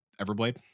Everblade